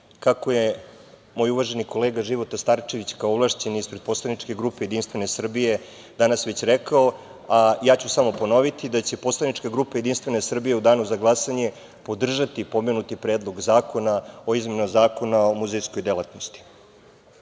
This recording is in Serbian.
kako je moj uvaženi kolega, Života Starčević, kao ovlašćeni, ispred poslaničke grupe JS danas već rekao, a ja ću samo ponoviti, da će poslanička grupa JS u danu za glasanje, podržati pomenuti Predlog zakona o izmenama Zakona o muzejskoj delatnosti. Na